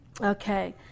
Okay